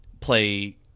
play